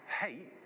hate